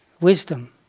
wisdom